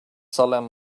salem